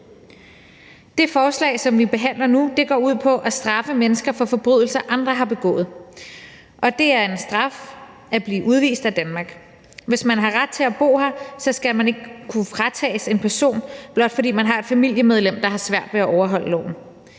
Det forslag, vi behandler nu, går ud på at straffe mennesker for forbrydelser, andre har begået. Det er en straf at blive udvist af Danmark. Hvis man har ret til at bo her, skal man ikke kunne fratages det, blot fordi man har et familiemedlem, der har svært ved at overholde loven.